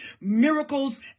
miracles